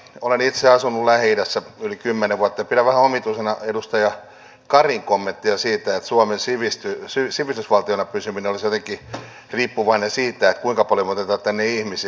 olen itse asunut lähi idässä yli kymmenen vuotta ja pidän vähän omituisena edustaja karin kommenttia siitä että suomen sivistysvaltiona pysyminen olisi jotenkin riippuvaista siitä kuinka paljon me otamme tänne ihmisiä